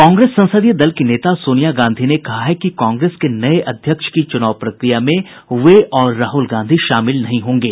कांग्रेस संसदीय दल की नेता सोनिया गांधी ने कहा है कि कांग्रेस के नये अध्यक्ष की चुनाव प्रक्रिया में वे और राहुल गांधी शामिल नहीं होंगे